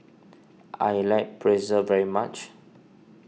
I like Pretzel very much